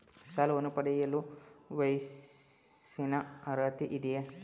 ಸಾಲವನ್ನು ಪಡೆಯಲು ವಯಸ್ಸಿನ ಅರ್ಹತೆ ಇದೆಯಾ?